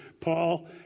Paul